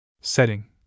Setting